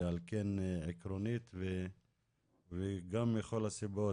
ועל כן עקרונית וגם מכל הסיבות,